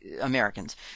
Americans